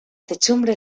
techumbre